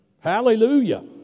Hallelujah